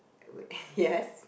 w~ yes